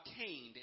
obtained